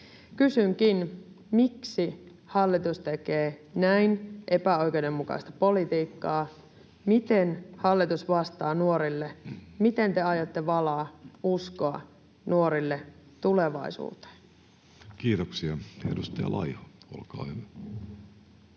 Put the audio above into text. Kysynkin: Miksi hallitus tekee näin epäoikeudenmukaista politiikkaa? Miten hallitus vastaa nuorille: miten te aiotte valaa nuorille uskoa tulevaisuuteen? Kiitoksia. — Edustaja Laiho, olkaa hyvä.